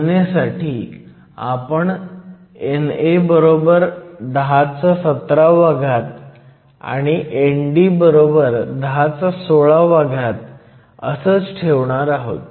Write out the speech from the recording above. तुलनेसाठी आपण NA 1017 आणि ND 1016 असंच ठेवणार आहोत